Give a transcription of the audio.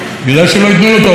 לאחר מכן,